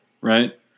right